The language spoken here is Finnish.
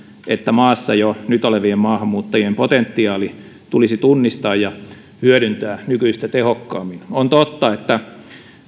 että maassa jo nyt olevien maahanmuuttajien potentiaali tulisi tunnistaa ja hyödyntää nykyistä tehokkaammin on totta että